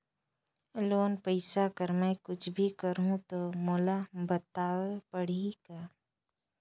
Loan पइसा कर मै कुछ भी करहु तो मोला बताव पड़ही का?